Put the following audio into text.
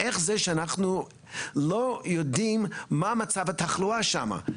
איך זה שאנחנו לא יודעים מה מצב התחלואה שמה,